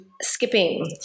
skipping